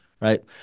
right